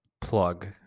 plug